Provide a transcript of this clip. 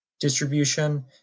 distribution